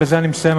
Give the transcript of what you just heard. בזה אני מסיים,